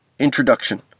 Introduction